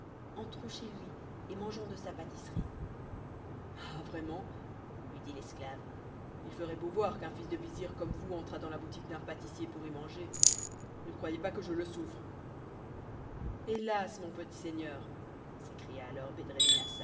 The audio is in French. entrons chez lui et mangeons de sa pâtisserie ah vraiment lui dit l'esclave il ferait beau voir qu'un fils de vizir comme vous entrât dans la boutique d'un pâtissier pour y manger ne croyez pas que je le souffre hélas mon petit seigneur s'écria alors